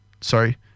Sorry